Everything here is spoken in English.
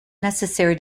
necessary